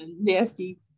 Nasty